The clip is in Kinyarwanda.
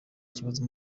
ikibazo